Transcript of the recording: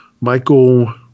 Michael